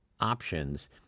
options